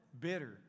bitter